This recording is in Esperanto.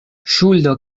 ŝuldo